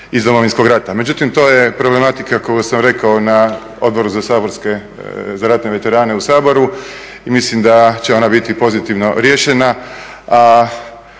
iz Domovinskog rata, međutim to je problematika koju sam rekao na Odboru za ratne veterane u Saboru i mislim da će ona biti pozitivno riješena.